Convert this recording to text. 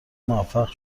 موفق